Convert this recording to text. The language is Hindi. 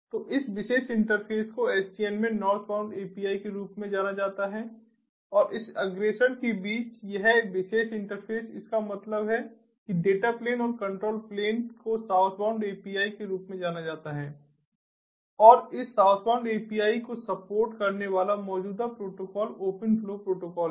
तो इस विशेष इंटरफ़ेस को SDN में नॉर्थबाउंड एपीआई के रूप में जाना जाता है और इस अग्रेषण के बीच यह विशेष इंटरफ़ेस इसका मतलब है कि डेटा प्लेन और कंट्रोल प्लेन को साउथबाउंड एपीआई के रूप में जाना जाता है और इस साउथबाउंड एपीआई को सपोर्ट करने वाला मौजूदा प्रोटोकॉल ओपन फ्लो प्रोटोकॉल है